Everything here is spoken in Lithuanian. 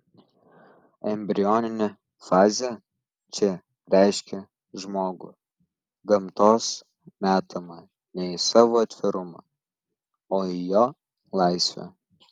embrioninė fazė čia reiškia žmogų gamtos metamą ne į savo atvirumą o į jo laisvę